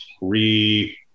re